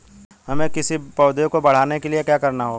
हमें किसी पौधे को बढ़ाने के लिये क्या करना होगा?